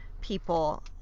people